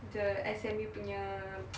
the S_M_U punya